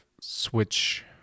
switch